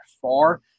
far